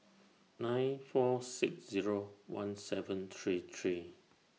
nine four six Zero one seven three three